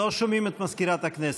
לא שומעים את מזכירת הכנסת.